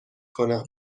کنم